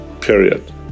period